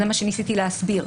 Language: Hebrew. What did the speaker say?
זה מה שניסיתי להסביר.